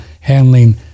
handling